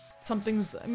something's